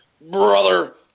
Brother